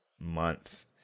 month